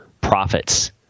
profits